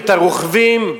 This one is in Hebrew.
הרוכבים,